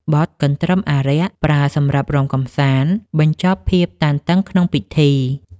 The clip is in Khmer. បទកន្ទ្រឹមអារក្ស ប្រើសម្រាប់រាំកម្សាន្តបញ្ចប់ភាពតានតឹងក្នុងពិធី។